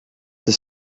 the